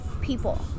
people